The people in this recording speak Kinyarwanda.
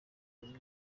iyo